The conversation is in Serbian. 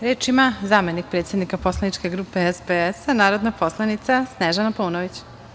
Reč ima zamenik predsednika poslaničke grupe SPS, narodna poslanica Snežana Paunović.